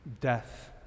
Death